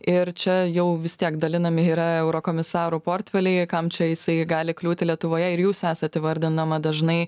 ir čia jau vis tiek dalinami yra eurokomisarų portfeliai kam čia jisai gali kliūti lietuvoje ir jūs esat įvardindama dažnai